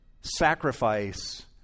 sacrifice